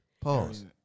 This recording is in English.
Pause